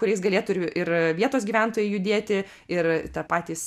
kuriais galėtų ir ir vietos gyventojai judėti ir tą patys